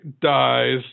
dies